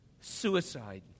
suicide